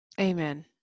Amen